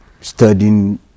studying